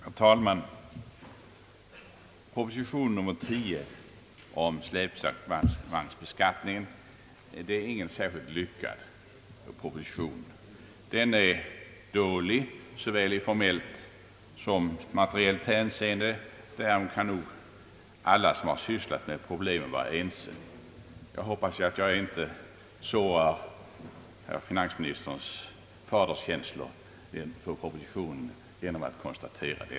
Herr talman! Proposition nr 10 om släpvagnsbeskattningen är inte någon särskilt lyckad proposition. Den är dålig såväl i formellt som i materiellt hänseende, därom kan nog alla som sysslat med problemet vara ense. Jag hoppas att jag inte sårar herr finansministerns faderskänslor gentemot propositionen genom att konstatera detta!